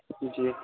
جی